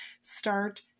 start